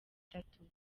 itatu